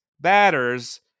batters